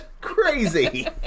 Crazy